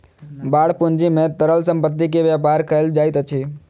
bond पूंजी में तरल संपत्ति के व्यापार कयल जाइत अछि